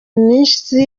iminsi